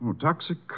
toxic